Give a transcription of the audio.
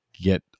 get